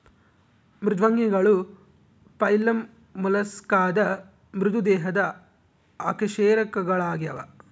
ಮೃದ್ವಂಗಿಗಳು ಫೈಲಮ್ ಮೊಲಸ್ಕಾದ ಮೃದು ದೇಹದ ಅಕಶೇರುಕಗಳಾಗ್ಯವ